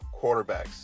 quarterbacks